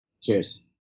Cheers